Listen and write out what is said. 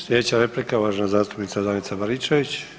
Sljedeća replika uvažena zastupnica Danica Baričević.